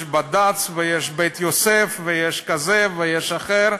יש בד"ץ ויש "בית יוסף", יש כזה ויש אחר,